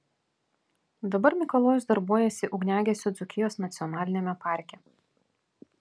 dabar mikalojus darbuojasi ugniagesiu dzūkijos nacionaliniame parke